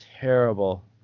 terrible